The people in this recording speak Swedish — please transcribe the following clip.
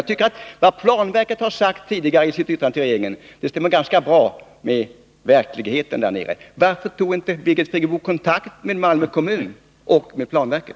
Jag tycker att vad Nr 81 planverket tidigare har sagt i sitt yttrande till regeringen stämmer ganska bra Tisdagen den med verkligheten där nere. Varför tog inte Birgit Friggebo kontakt med 16 februari 1982 Malmö kommun och med planverket?